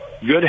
Good